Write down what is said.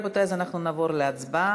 רבותי, אז אנחנו נעבור להצבעה.